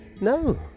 No